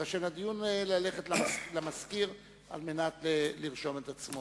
ללכת למזכיר על מנת לרשום את עצמו.